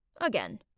Again